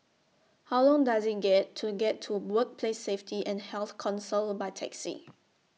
How Long Does IT get to get to Workplace Safety and Health Council By Taxi